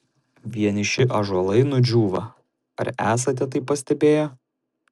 vieniši ąžuolai nudžiūva ar esate tai pastebėję